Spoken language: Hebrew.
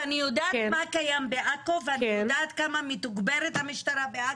ואני יודעת מה קיים בעכו ואני יודעת כמה מתוגברת המשטרה בעכו.